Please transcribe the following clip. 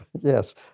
Yes